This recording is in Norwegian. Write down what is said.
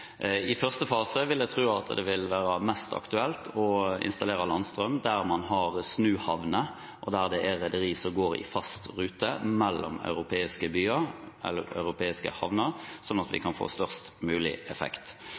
I første fase vil jeg tro at det vil være mest aktuelt å installere landstrøm der man har snuhavner, og der det er rederi som har faste ruter mellom europeiske havner, slik at vi kan få størst mulig effekt.